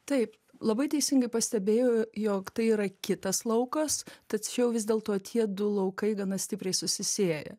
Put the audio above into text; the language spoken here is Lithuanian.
taip labai teisingai pastebėjo jog tai yra kitas laukas tačiau vis dėlto tie du laukai gana stipriai susisieja